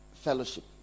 fellowship